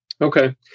okay